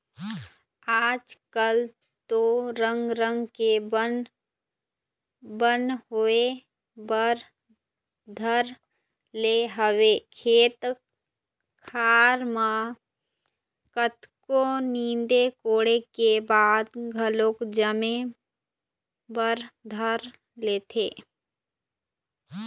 आज कल तो रंग रंग के बन होय बर धर ले हवय खेत खार म कतको नींदे कोड़े के बाद घलोक जामे बर धर लेथे